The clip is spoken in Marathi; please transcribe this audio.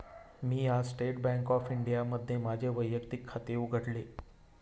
मी आज स्टेट बँक ऑफ इंडियामध्ये माझे वैयक्तिक खाते उघडले